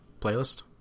playlist